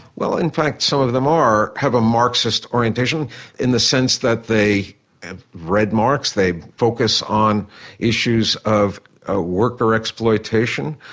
well in fact some of them are, have a marxist orientation in the sense that they've and read marx, they focus on issues of ah worker exploitation,